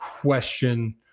question